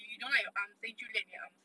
you don't arms then 就联你 arms